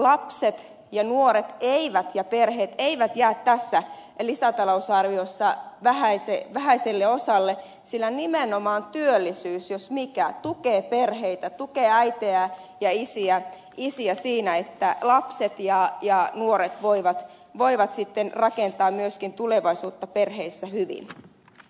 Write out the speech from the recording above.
lapset nuoret ja perheet eivät jää tässä lisätalousarviossa vähäiselle osalle sillä nimenomaan työllisyys jos mikä tukee perheitä tukee äitejä ja isiä siinä että lapset ja nuoret voivat sitten rakentaa myöskin tulevaisuutta perheissä hyvin